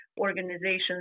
organizations